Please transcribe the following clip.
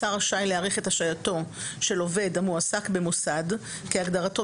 השר רשאי להאריך את השעייתו של עובד המועסק במוסד כהגדרתו